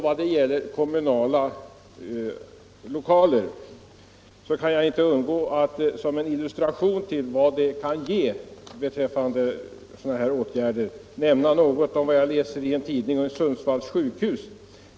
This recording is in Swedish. Vad gäller kommunala lokaler kan jag inte underlåta att som en illustration till vad åtgärder av detta slag kan ge nämna något om vad jag läste i en tidning om Sundsvalls sjukhus.